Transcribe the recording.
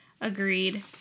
Agreed